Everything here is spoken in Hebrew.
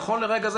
נכון לרגע זה,